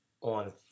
on